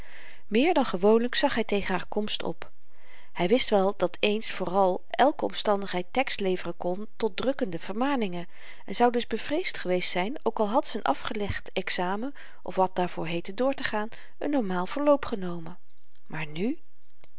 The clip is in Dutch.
meer dan gewoonlyk zag hy tegen haar komst op hy wist wel dat eens vooral èlke omstandigheid tekst leveren kon tot drukkende vermaningen en zou dus bevreesd geweest zyn ook al had z'n afgelegd examen of wat daarvoor heette doortegaan n normaal verloop genomen maar nu